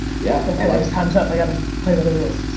yeah. that's it like time's up. i gotta play by the rules.